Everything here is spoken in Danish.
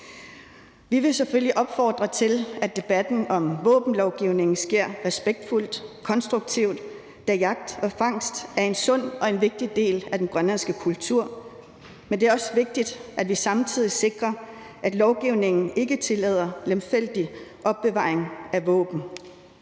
Vi vil selvfølgelig opfordre til, at debatten om våbenlovgivningen sker respektfuldt og konstruktivt, da jagt og fangst er en sund og vigtig del af den grønlandske kultur. Men det er også vigtigt, at vi samtidig sikrer, at lovgivningen ikke tillader lemfældig opbevaring af våben.